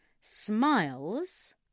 Smiles